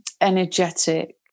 energetic